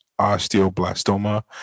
osteoblastoma